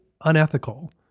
unethical